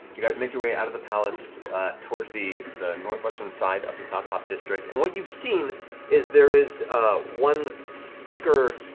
you guys make your way out of the palace towards the northwestern side of the cloudtop district, and what you've seen is there is one thicker